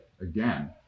again